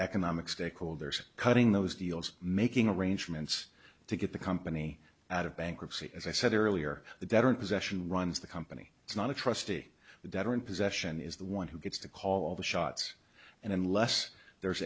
economic stakeholders cutting those deals making arrangements to get the company out of bankruptcy as i said earlier the better in possession runs the company it's not a trustee the debtor in possession is the one who gets to call the shots and unless there